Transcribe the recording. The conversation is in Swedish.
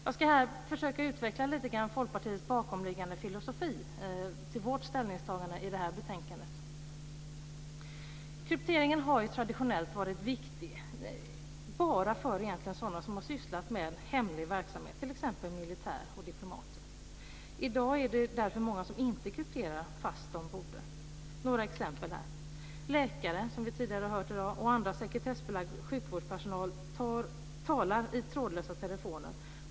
Jag ska här försöka utveckla något Folkpartiets bakomliggande filosofi till vårt ställningstagande i det här betänkandet. Kryptering har traditionellt varit viktig egentligen bara för sådana som har sysslat med hemlig verksamhet, t.ex. militär och diplomater. I dag är det därför många som inte krypterar, fast de borde. Jag kan ta några exempel. Läkare, som vi tidigare har hört i dag, och annan sekretessbelagd sjukvårdspersonal talar i trådlösa telefoner.